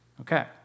okay